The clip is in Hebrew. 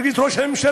מרגיז את ראש הממשלה,